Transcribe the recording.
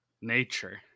nature